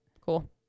Cool